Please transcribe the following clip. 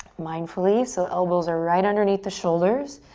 mindfully. so elbows are right underneath the shoulders.